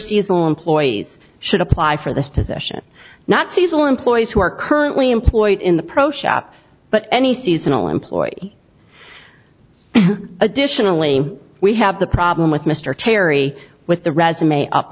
seasonal employees should apply for this position not seasonal employees who are currently employed in the pro shop but any seasonal employee additionally we have the problem with mr terry with the resume up